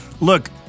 Look